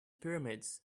pyramids